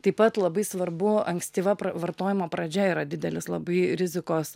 taip pat labai svarbu ankstyva vartojimo pradžia yra didelis labai rizikos